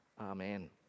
amen